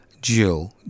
Jill